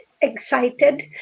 excited